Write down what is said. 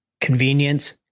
Convenience